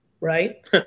right